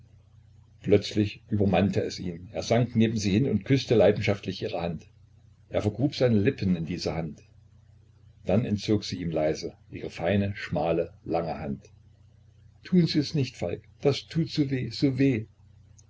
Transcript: plötzlich übermannte es ihn er sank neben sie hin und küßte leidenschaftlich ihre hand er vergrub seine lippen in diese hand dann entzog sie ihm leise ihre feine schmale lange hand tun sie es nicht falk das tut so weh so weh